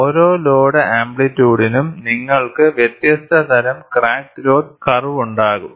ഓരോ ലോഡ് ആംപ്ലിറ്റ്യൂഡിനും നിങ്ങൾക്ക് വ്യത്യസ്ത തരം ക്രാക്ക് ഗ്രോത്ത് കർവ് ഉണ്ടാകും